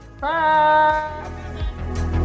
Bye